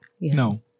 No